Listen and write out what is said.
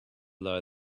lie